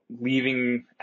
leaving